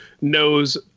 knows